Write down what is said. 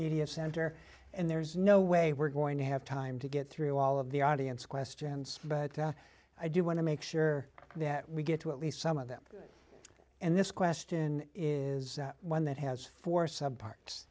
media center and there's no way we're going to have time to get through all of the audience questions but i do want to make sure that we get to at least some of them and this question is one that has four sub parts